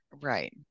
Right